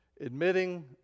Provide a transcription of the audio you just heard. Admitting